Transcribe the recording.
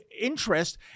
interest